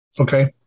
Okay